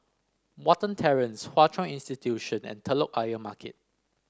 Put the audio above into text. Watten Terrace Hwa Chong Institution and Telok Ayer Market